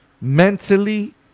mentally